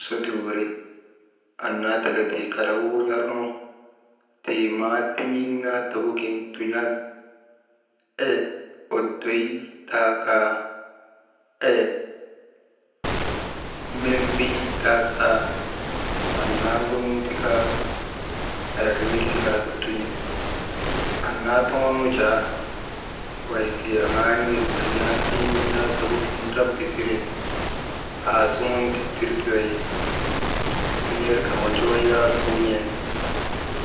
Suti wuri annaa tika tii kalagu wun̰ar nu tii maa tin̰iŋ naa tabugin tun̰an eyek oddoy taa kaa, eyek mendrii taa kaa, annaa ŋonun tikaa kalak n̰iliŋalagu tun̰e. Annaa toŋon nu jaa wey tii aŋaa niyek kan naa tin̰iŋ naa tabugin raba siren, aasuŋun ti tun̰erka wonjoo yak wun̰en